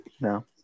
No